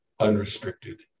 unrestricted